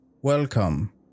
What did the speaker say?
Welcome